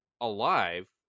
alive